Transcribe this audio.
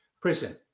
prison